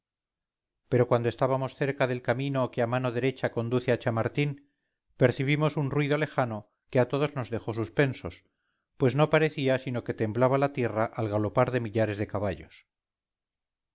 pero cuando estábamos cerca del camino que a mano derecha conduce a chamartín percibimos un ruido lejano que a todos nos dejó suspensos pues no parecía sino que temblaba la tierra al galopar de millares de caballos